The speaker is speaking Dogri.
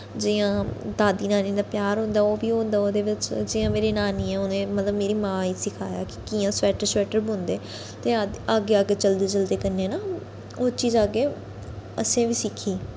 जि'यां दादी नानी दा प्यार होंदा ओह् बी होंदा ओह्दे बिच्च जि'यां मेरी नानी ऐ उनें मेरी मां गी सखाया कि कि'यां सवैट्टर शवैट्टर बुनदे ते अग्गें अग्गें चलदे चलदे कन्नै ना ओह् चीज़ अग्गें असें बी सिक्खी